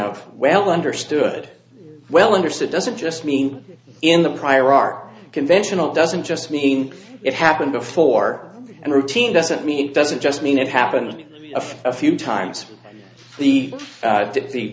of well understood well understood doesn't just mean in the prior art conventional doesn't just mean it happened before and routine doesn't mean it doesn't just mean it happened a few times the